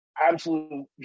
absolute